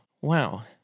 Wow